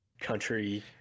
country